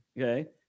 Okay